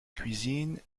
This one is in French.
cuisine